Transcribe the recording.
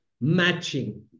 matching